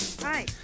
Hi